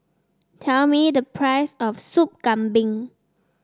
tell me the price of Sop Kambing